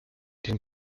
den